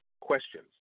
questions